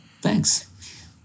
Thanks